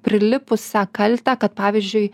prilipusę kaltę kad pavyzdžiui